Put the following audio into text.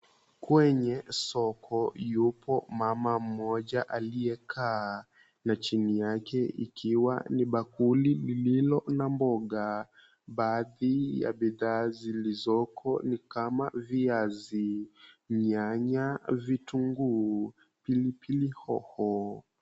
Kwenye soko kuna mama mmoja aliyekaa chini yake ikiwa ni bakuli lililo na mboga, baadhi ya bidhaa zilizoko ni kama viazi, nyanya, vitunguu, pilipili hoho.